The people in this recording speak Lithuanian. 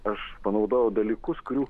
aš panaudojau dalykus kurių